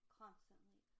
constantly